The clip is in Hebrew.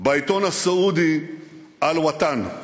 בעיתון הסעודי "אל-ווטן".